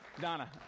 Donna